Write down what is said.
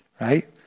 right